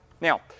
Now